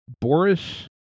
Boris